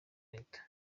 leta